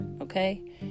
Okay